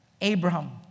Abraham